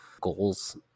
goals